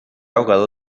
ahogado